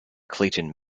clayton